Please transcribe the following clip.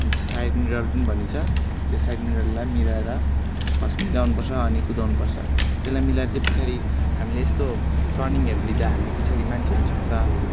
जो जुन चाहिँ साइड मिरर पनि भनिन्छ त्यो साइड मिररलाई मिलाएर फर्स्ट मिलाउनु पर्छ अनि कुदाउनु पर्छ त्यसलाई मिलाएर छे पछाडि हामीले यस्तो ट्रनिङहरू लिँदा हाम्रो पिछाडि मान्छे हुनु सक्छ